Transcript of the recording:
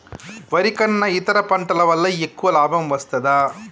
వరి కన్నా ఇతర పంటల వల్ల ఎక్కువ లాభం వస్తదా?